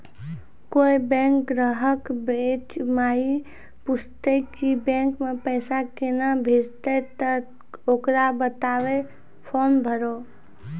कोय बैंक ग्राहक बेंच माई पुछते की बैंक मे पेसा केना भेजेते ते ओकरा बताइबै फॉर्म भरो